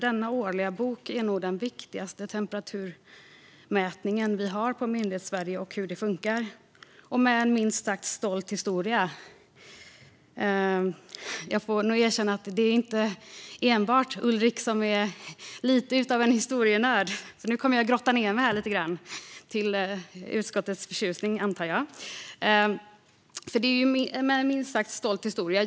Denna årliga bok är nog den viktigaste temperaturmätningen vi har på hur Myndighetssverige fungerar och har en minst sagt stolt historia. Jag får nog erkänna att det inte enbart är Ulrik Nilsson som är lite av en historienörd. Nu kommer jag att grotta ned mig lite grann - till utskottets förtjusning, antar jag. Det är en minst sagt stolt historia.